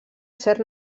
ser